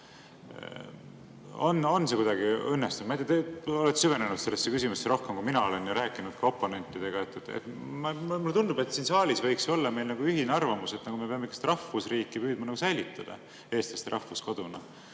On see kuidagi õnnestunud? Te olete süvenenud sellesse küsimusse rohkem, kui mina olen, ja rääkinud ka oponentidega. Mulle tundub, et siin saalis võiks olla meil ühine arvamus, et me peame rahvusriiki püüdma säilitada eestlaste rahvuskoduna